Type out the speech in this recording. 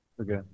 Okay